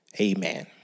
Amen